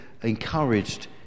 Encouraged